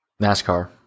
NASCAR